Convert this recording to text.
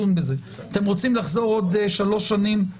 אתם רוצים לחזור בעוד שלוש שנים תעשו זאת.